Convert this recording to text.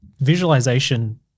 visualization